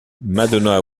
madonna